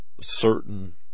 certain